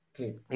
okay